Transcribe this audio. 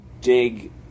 dig